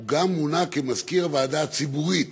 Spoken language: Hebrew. הוא גם מונה למזכיר הוועדה הציבורית.